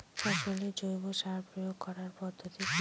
ফসলে জৈব সার প্রয়োগ করার পদ্ধতি কি?